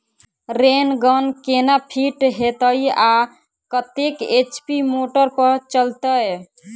Rain gun केना fit हेतइ आ कतेक एच.पी मोटर पर चलतै?